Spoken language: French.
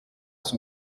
son